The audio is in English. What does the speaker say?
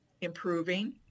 improving